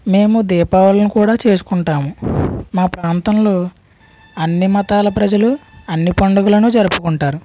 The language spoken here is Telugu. మేము దీపావళిని కూడా చేసుకుంటాము మా ప్రాంతంలో అన్ని మతాల ప్రజలు అన్ని పండుగలు జరుపుకుంటారు